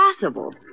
possible